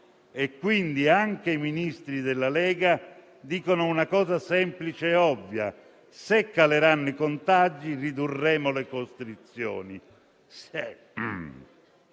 e quindi anche i Ministri della Lega dicono una cosa semplice e ovvia: se caleranno i contagi, ridurremo le costrizioni.